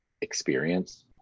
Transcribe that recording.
experience